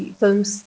films